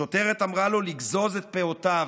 שוטרת אמרה לו לגזוז את פאותיו,